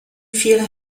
veel